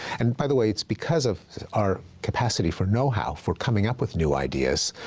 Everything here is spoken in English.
and by the way, it's because of our capacity for no how, for coming up with new ideas,